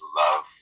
love